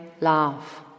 love